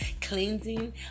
cleansing